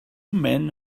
men